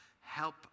Help